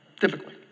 Typically